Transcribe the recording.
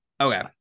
Okay